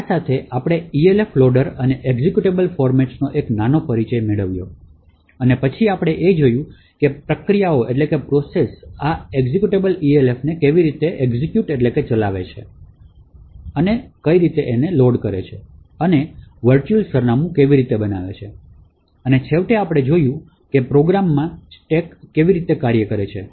આ સાથે અમે Elf લોડર અને એક્ઝેક્યુટેબલ ફોર્મેટ્સને એક નાનો પરિચય આપ્યો છે અને પછી આપણે એ પણ જોયું છે કે પ્રક્રિયાઓ આ એક્ઝેક્યુટેબલ Elf ને કેવી રીતે ચલાવે છે અને લોડ કરે છે અને વર્ચુઅલ સરનામું કેવી રીતે બનાવે છે અને છેવટે આપણે જોયું છે કે પ્રોગ્રામમાં સ્ટેક કેવી રીતે કાર્ય કરે છે